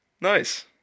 nice